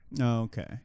Okay